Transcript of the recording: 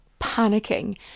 panicking